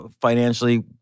financially